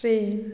train